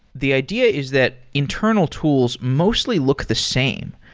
the idea is that internal tools mostly look the same.